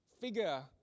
figure